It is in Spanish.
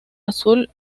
azul